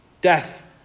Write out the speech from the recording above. death